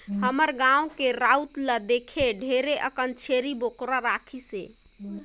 हमर गाँव के राउत ल देख ढेरे अकन छेरी बोकरा राखिसे